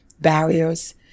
barriers